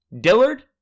Dillard